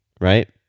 right